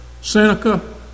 Seneca